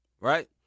right